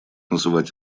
называть